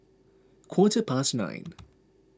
quarter past nine